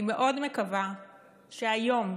אני מאוד מקווה שהיום,